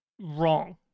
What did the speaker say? wrong